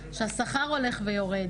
שהשכר הולך ויורד